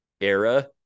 era